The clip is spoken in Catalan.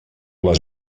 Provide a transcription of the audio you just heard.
les